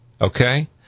Okay